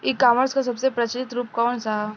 ई कॉमर्स क सबसे प्रचलित रूप कवन सा ह?